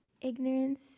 Ignorance